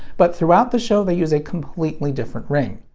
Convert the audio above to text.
but throughout the show, they use a completely different ring.